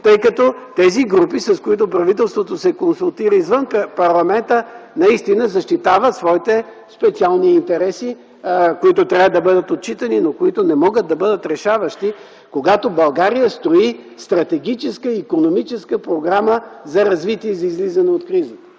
тъй като тези групи, с които правителството се консултира извън парламента, наистина защитават своите специални интереси, които трябва да бъдат отчитани, но които не могат да бъдат решаващи, когато България строи стратегическа икономическа програма за развитие за излизане от кризата.